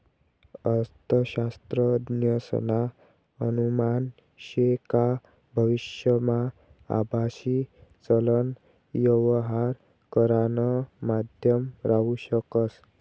अर्थशास्त्रज्ञसना अनुमान शे का भविष्यमा आभासी चलन यवहार करानं माध्यम राहू शकस